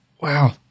wow